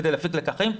כדי להפיק לקחים,